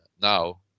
now